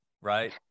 right